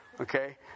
Okay